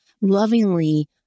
lovingly